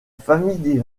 famille